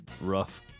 Rough